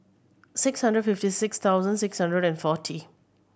six hundred fifty six thousand six hundred and forty